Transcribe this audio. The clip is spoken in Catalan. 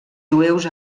jueus